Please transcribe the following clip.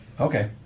Okay